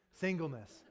singleness